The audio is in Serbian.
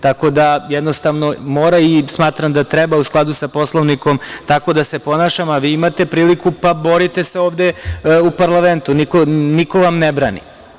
Tako da, jednostavno mora i smatram da treba u skladu sa Poslovnikom tako da se ponašam, a vi imate priliku pa borite se ovde u parlamentu, niko vam ne brani.